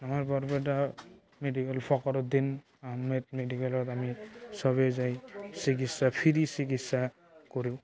আমাৰ বৰপেটা মেদিকেল ফকৰুদ্দিদন আহমেদ মেডিকেলত আমি চবে যাই চিকিৎসা ফ্ৰী চিকিৎসা কৰোঁ